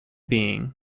being